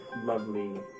lovely